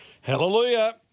Hallelujah